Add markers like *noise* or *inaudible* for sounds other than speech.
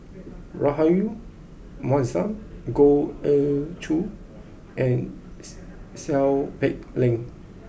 Rahayu Mahzam Goh Ee Choo and *hesitation* Seow Peck Leng